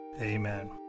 Amen